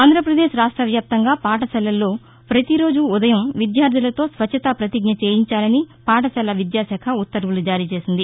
ఆంధ్రాపదేశ్ రాష్టవ్యాప్తంగా పాఠశాలల్లో పతిరోజూ ఉదయం విద్యార్టులతో స్వచ్చతా పతిజ్ఞ చేయించాలని పాఠశాల విద్యాశాఖ ఉత్తర్వులు జారీ చేసింది